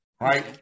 right